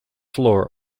floor